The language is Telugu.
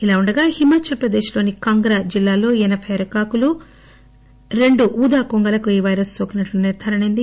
ఇలావుండగా హిమాచల్ ప్రదేశ్ లోని కాంగ్రా జిల్లాలో ఎనబై ఆరు కాకులు రెండు పూజా కొంగలకు ఈ పైరస్ సోకినట్లు నిర్దారణ అయింది